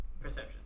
Perception